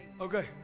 Okay